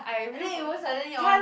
I think it will suddenly on